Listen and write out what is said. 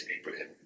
Abraham